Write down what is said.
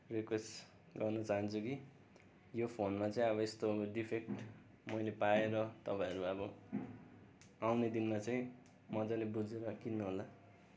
request गर्न चाहन्छु कि यो फोनमा चाहिँ अब यस्तो डिफेक्ट मैले पाएर तपाईँहरू अब आउने दिनमा चाहिँ मजाले बुझेर किन्नुहोला